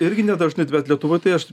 irgi nedažnai bet lietuvoj tai aš